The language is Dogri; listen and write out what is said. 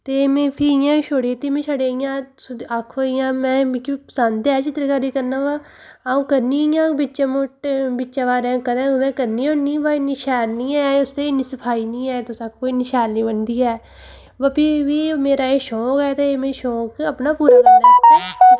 ते में फ्ही इ'यां छुड़ी दित्ती मि छड़े इ'यां आक्खो इ'यां में मिगी पसंद ऐ चित्रकारी करना पर अ'ऊं करनी इयां बिच्च मुट्टे बिच्चें बारैं कदें कुदै करनी होन्नी पर इन्नी शैल नी ऐ उसी इन्नी सफाई नी ऐ तुस आक्खो इन्नी शैल नी बनदी ऐ ब फ्ही बी मेरा एह् शौंक ऐ ते में शौंक अपना पूरा करने आस्तै